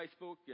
Facebook